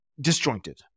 disjointed